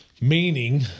Meaning